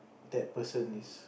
that person is